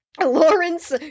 Lawrence